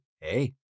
hey